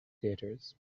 theatres